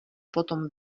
potom